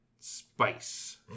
spice